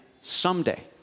someday